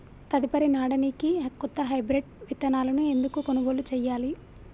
తదుపరి నాడనికి కొత్త హైబ్రిడ్ విత్తనాలను ఎందుకు కొనుగోలు చెయ్యాలి?